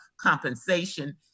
compensation